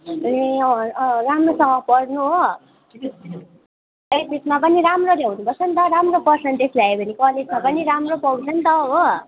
ए अब राम्रोसँग पढ्नु हो एचएसमा पनि राम्रो ल्याउनु पर्छ नि त राम्रो पर्सन्टेज ल्यायो भने कलेजमा पनि राम्रो पाउँछ नि त हो